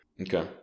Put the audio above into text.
Okay